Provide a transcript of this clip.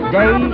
day